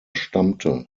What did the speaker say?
stammte